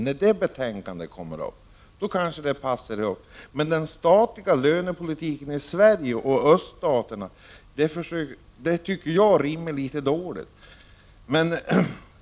Att tala om öststaterna när vi behandlar den statliga lönepolitiken i Sverige, tycker jag rimmar litet dåligt.